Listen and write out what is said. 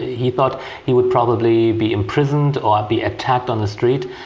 he thought he would probably be imprisoned or be attacked on the street,